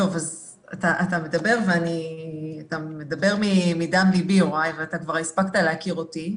אתה מדבר מדם ליבי, ואתה כבר הספקת להכיר אותי.